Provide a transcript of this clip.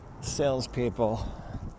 salespeople